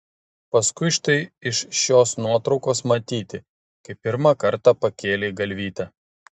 paskui štai iš šios nuotraukos matyti kai pirmą kartą pakėlei galvytę